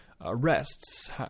arrests